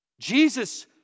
Jesus